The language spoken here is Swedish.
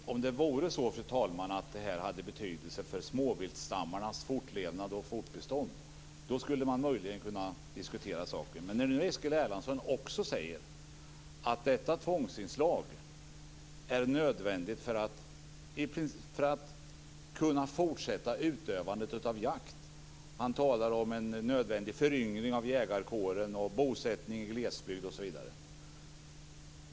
Fru talman! Om det vore så att detta hade betydelse för småviltstammarnas fortlevnad och fortbestånd skulle man möjligen kunna diskutera saken. Men nu säger Eskil Erlandsson också att detta tvångsinslag är nödvändigt för att kunna fortsätta utövandet av jakt. Han talar om en nödvändig föryngring av jägarkåren, bosättning i glesbygd osv.